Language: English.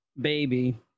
Baby